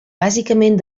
bàsicament